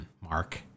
Mark